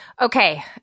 Okay